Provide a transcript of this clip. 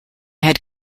had